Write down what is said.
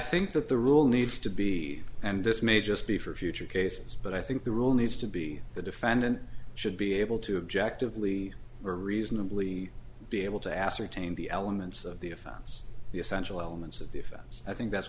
think that the rule needs to be and this may just be for future cases but i think the rule needs to be the defendant should be able to objectively reasonably be able to ascertain the elements of the offense the essential elements of the offense i think that's